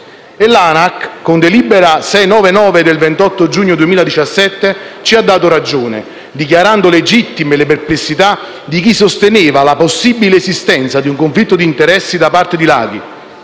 L'Anac, con delibera n. 699 del 28 giugno 2017, ci ha dato ragione, dichiarando legittime le perplessità di chi sosteneva la possibile esistenza di un conflitto di interessi da parte di Laghi,